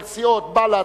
של סיעות בל"ד,